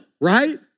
right